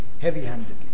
heavy-handedly